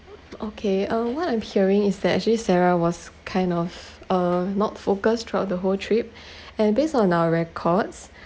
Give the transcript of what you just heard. okay uh what I'm hearing is that actually sarah was kind of uh not focused throughout the whole trip and based on our records